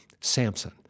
Samson